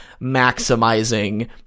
maximizing